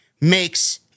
makes—